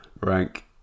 rank